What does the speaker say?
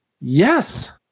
yes